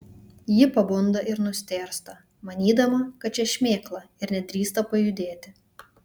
ji pabunda ir nustėrsta manydama kad čia šmėkla ir nedrįsta pajudėti